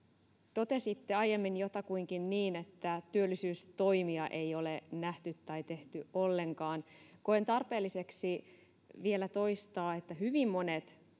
totesitte aiemmin jotakuinkin niin että työllisyystoimia ei ole nähty tai tehty ollenkaan koen tarpeelliseksi vielä toistaa että hyvin monet